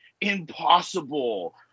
impossible